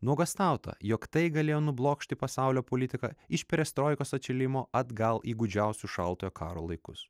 nuogąstauta jog tai galėjo nublokšti pasaulio politiką iš perestroikos atšilimo atgal į gūdžiausius šaltojo karo laikus